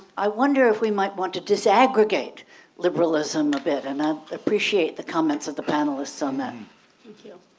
i wonder if we might want to disaggregate liberalism a bit and i appreciate the comments of the panelists. um and thank you.